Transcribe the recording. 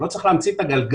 לא צריך להמציא את הגלגל,